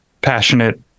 passionate